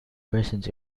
persons